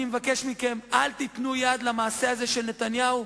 אני מבקש מכם, אל תיתנו יד למעשה הזה של נתניהו.